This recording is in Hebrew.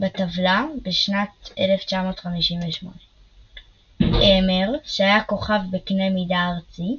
בטבלה בשנת 1958. אמר, שהיה כוכב בקנה מידה ארצי,